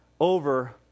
over